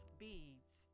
beads